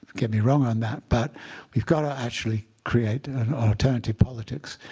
get me wrong on that. but we've got to actually create and alternative politics.